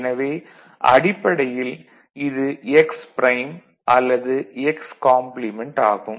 எனவே அடிப்படையில் இது x ப்ரைம் அல்லது x காம்ப்ளிமென்ட் ஆகும்